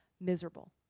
miserable